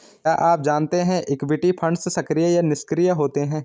क्या आप जानते है इक्विटी फंड्स सक्रिय या निष्क्रिय होते हैं?